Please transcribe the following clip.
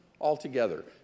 altogether